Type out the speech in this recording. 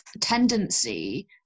tendency